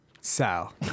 Sal